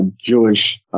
Jewish